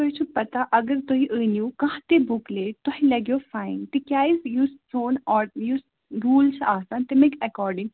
تُہۍ چھِو پَتہ اگر تُہۍ أنِو کانٛہہ تہِ بُک لیٹ تۄہہِ لَگیٚو فایِن تِکیازِ یُس سون آڈ یُس روٗلز چھِ آسان تَمِکۍ ایٚکاڈِنٛگ